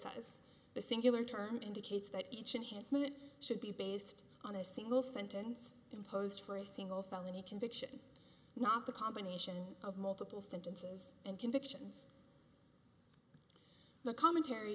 says the singular term indicates that each in its minute should be based on a single sentence imposed for a single felony conviction not the combination of multiple sentences and convictions the commentary